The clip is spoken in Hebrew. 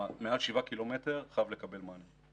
מעל שבעה קילומטר חייב לקבל מענה.